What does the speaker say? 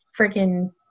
freaking